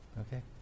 Okay